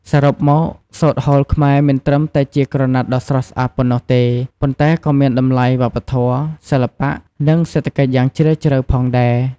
សរុបមក សូត្រហូលខ្មែរ មិនត្រឹមតែជាក្រណាត់ដ៏ស្រស់ស្អាតប៉ុណ្ណោះទេ ប៉ុន្តែក៏មានតម្លៃវប្បធម៌ សិល្បៈ និងសេដ្ឋកិច្ចយ៉ាងជ្រាលជ្រៅផងដែរ។